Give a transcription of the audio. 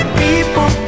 people